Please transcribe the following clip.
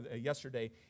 yesterday